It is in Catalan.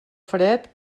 fred